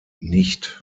nicht